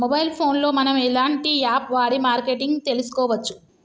Mobile phone లో మనం ఎలాంటి యాప్ వాడి మార్కెటింగ్ తెలుసుకోవచ్చు?